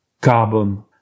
carbon